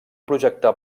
projectar